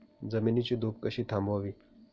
जमिनीची धूप कशी थांबवावी?